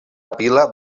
pila